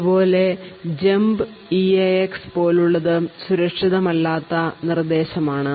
അതുപോലെ jump eax പോലുള്ളത് സുരക്ഷിതമല്ലാത്ത നിർദ്ദേശമാണ്